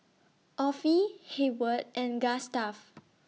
Offie Hayward and Gustav